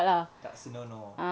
tak senonoh then after that